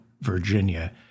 Virginia